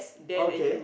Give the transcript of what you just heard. okay